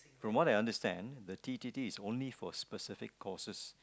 from what I understand the T_T_T is only for specific courses